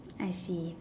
I see